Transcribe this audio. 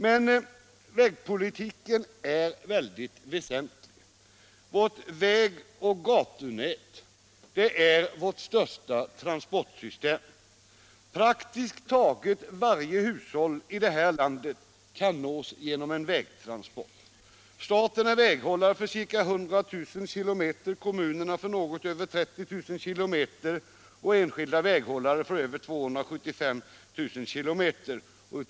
Men vägpolitiken är mycket väsentlig. Vårt vägoch gatunät är basen för vårt största transportsystem. Praktiskt taget varje hushåll i vårt land kan nås genom en vägtransport. Staten är väghållare för ca 100 000 km, kommunerna för något över 30 000 km och enskilda väghållare för över 275 000 km.